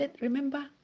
remember